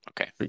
okay